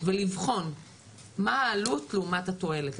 ולבחון מה העלות לעומת התועלת.